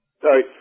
Sorry